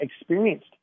experienced